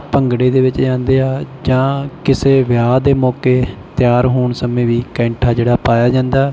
ਭੰਗੜੇ ਦੇ ਵਿੱਚ ਜਾਂਦੇ ਹੈ ਜਾਂ ਕਿਸੇ ਵਿਆਹ ਦੇ ਮੌਕੇ ਤਿਆਰ ਹੋਣ ਸਮੇਂ ਵੀ ਕੈਂਠਾ ਜਿਹੜਾ ਪਾਇਆ ਜਾਂਦਾ